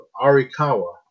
Arikawa